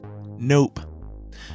Nope